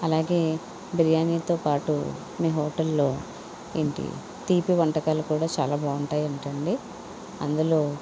అలాగే బిర్యానీతో పాటు మీ హోటల్లో ఏంటీ తీపి వంటకాలు కూడా చాలా బాగుంటాయి అంటండి అందులో